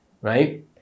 right